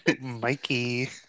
Mikey